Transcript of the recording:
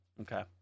okay